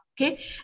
okay